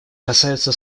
касаются